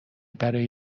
برای